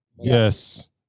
Yes